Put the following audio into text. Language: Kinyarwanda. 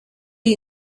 iyi